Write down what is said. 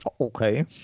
Okay